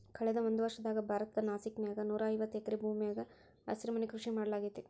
ಕಳದ ಒಂದ್ವರ್ಷದಾಗ ಭಾರತದ ನಾಸಿಕ್ ನ್ಯಾಗ ನೂರಾಐವತ್ತ ಎಕರೆ ಭೂಮ್ಯಾಗ ಹಸಿರುಮನಿ ಕೃಷಿ ಮಾಡ್ಲಾಗೇತಿ